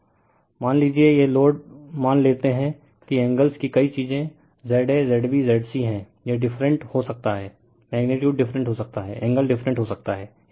refer slide time 3110 मान लीजिए यह लोड मान लेता है कि एंगल्स कई चीजें Z a Z b Z c हैं यह डिफरेंट हो सकता है रिफर टाइम 3116 मैग्नीटयूड डिफरेंट हो सकता है एंगल डिफरेंट हो सकता है